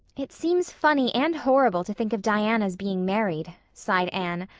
it seems funny and horrible to think of diana's being married, sighed anne,